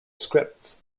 scripts